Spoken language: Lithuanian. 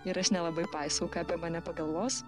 ir aš nelabai paisau ką apie mane pagalvos